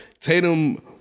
Tatum